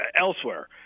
elsewhere